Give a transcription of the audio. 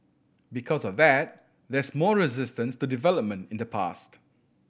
because of that there's more resistance to development in the past